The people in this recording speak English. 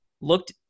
looked